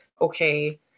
okay